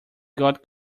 got